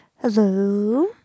Hello